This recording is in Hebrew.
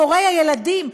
הורי הילדים,